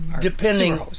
Depending